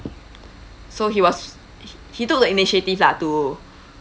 so he was he took the initiatives lah to